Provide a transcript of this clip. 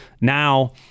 Now –